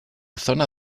zona